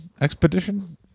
Expedition